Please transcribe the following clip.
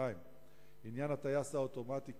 2. עניין הטייס האוטומטי,